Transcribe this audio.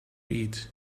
eat